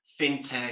fintech